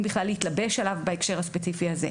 בכלל להתלבש עליו בהקשר הספציפי הזה.